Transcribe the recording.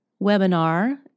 webinar